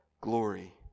glory